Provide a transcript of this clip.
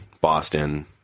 Boston